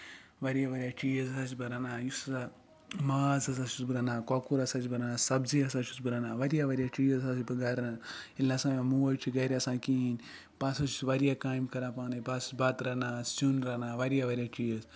واریاہ واریاہ چیٖز ہسا چھُس بہٕ رَنان یُس ہسا ماز ہسا چھُس بہٕ رَنان کۄکُر ہسا چھُس بہٕ رَنان سَبزی ہسا چھُس بہٕ رَنان واریاہ واریاہ چیٖز ہسا چھُس بہٕ گرِ رَنان ییٚلہِ نسا مےٚ موج چھِ گرِ آسان کِہینۍ نہٕ بہٕ ہسا چھُس واریاہ کامہِ کران پانَے بَتہٕ بہٕ ہسا چھُس رَنان سیُن رَنان واریاہ واریاہ چیٖز